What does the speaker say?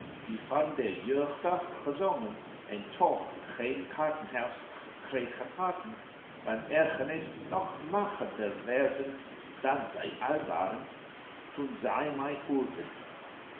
die van der jeugd af gezongen en toch geen kaartenhuis gekregen hadden van ergernis nog magerder werden dan zij al waren toen zij mij hoorden